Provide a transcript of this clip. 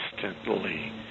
constantly